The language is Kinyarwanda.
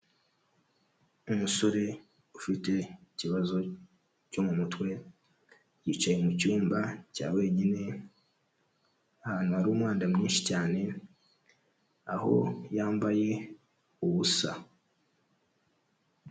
Umusore ufite ikibazo cyo mu mutwe yicaye mu cyumba cya wenyine ahantu hari umwanda mwinshi cyane, aho yambaye ubusa.